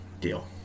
deal